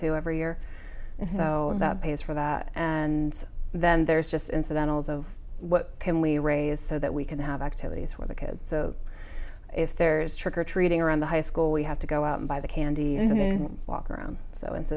to every year so about pays for that and then there's just incidentals of what can we raise so that we can have activities for the kids so if there is trick or treating around the high school we have to go out and buy the candy and walk around so